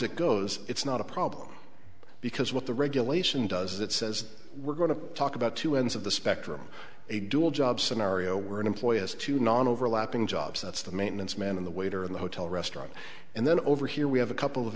it goes it's not a problem because what the regulation does that says we're going to talk about two ends of the spectrum a dual jobs scenario where an employer has to non overlapping jobs that's the maintenance man in the waiter in the hotel restaurant and then over here we have a couple of